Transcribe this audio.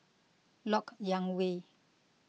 Lok Yang Way